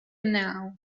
now